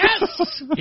Yes